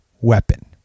weapon